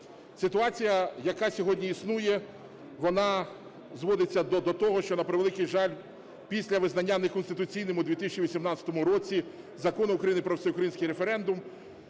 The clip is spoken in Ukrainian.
Ситуація, яка сьогодні існує, вона зводиться до того, що, на превеликий жаль, після визнання неконституційним у 2018 році Закон України "Про всеукраїнський референдум"